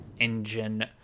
engine